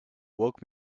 woke